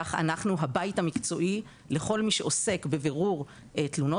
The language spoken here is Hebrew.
כך אנחנו הבית המקצועי לכל מי שעוסק בבירור תלונות,